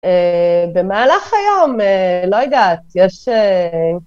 במהלך היום, לא יודעת, יש...